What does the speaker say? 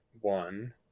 one